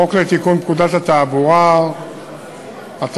חוק לתיקון פקודת התעבורה (מס' 111),